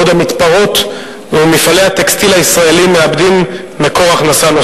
בעוד המתפרות ומפעלי הטקסטיל הישראליים מאבדים מקור הכנסה.